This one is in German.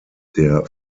der